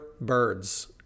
birds